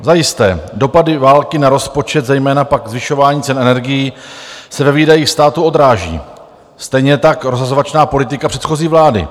Zajisté, dopady války na rozpočet, zejména pak zvyšování cen energií, se ve výdajích státu odráží, stejně tak rozhazovačná politika předchozí vlády.